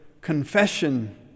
confession